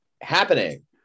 happening